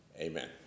Amen